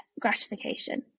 gratification